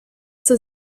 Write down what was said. zur